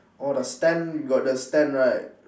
oh the stand got the stand right